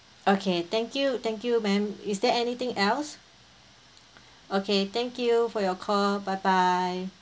okay thank you thank you ma'am is there anything else okay thank you for your call bye bye